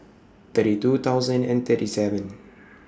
thirty two thousand and thirty seven